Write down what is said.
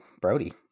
Brody